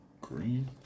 Green